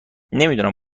نمیدونم